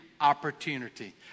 opportunity